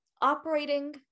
operating